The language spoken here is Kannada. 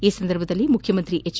ಈ ಸಂದರ್ಭದಲ್ಲಿ ಮುಖ್ಯಮಂತ್ರಿ ಹೆಜ್